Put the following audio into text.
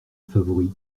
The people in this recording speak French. favori